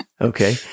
Okay